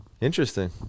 Interesting